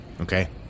Okay